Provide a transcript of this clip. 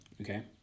Okay